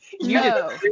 No